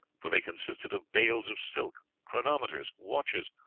for they consisted of bales of silk, chronometers, watches,